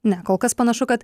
ne kol kas panašu kad